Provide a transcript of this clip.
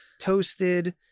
toasted